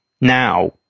now